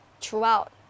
throughout